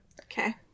Okay